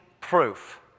proof